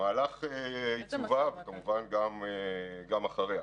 במהלך עיצובה וכמובן, גם אחריה.